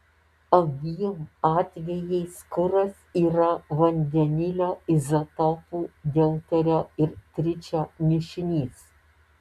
abiem atvejais kuras yra vandenilio izotopų deuterio ir tričio mišinys